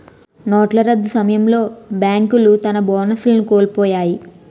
నోట్ల రద్దు సమయంలో బేంకులు తన బోనస్లను కోలుపొయ్యాయి